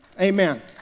Amen